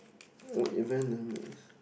what event